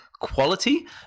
quality